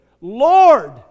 Lord